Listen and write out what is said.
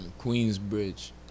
Queensbridge